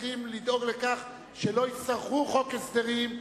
צריכים לדאוג לכך שלא יצטרכו חוק הסדרים,